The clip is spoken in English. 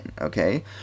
okay